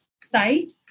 site